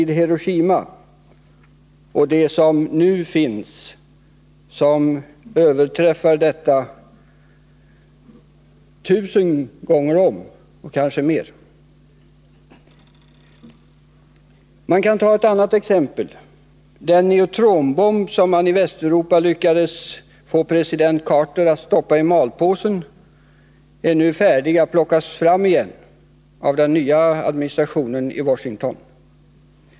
De bomber som nu finns överträffar detta tusen gånger om, kanske mer. Ett annat exempel: Den neutronbomb som man i Västeuropa lyckades få president Carter att stoppa i malpåse är nu färdig att plockas fram igen av den nya administrationen i Washington.